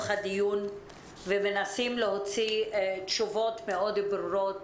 הדיון ומנסים להוציא תשובות ברורות,